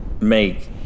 make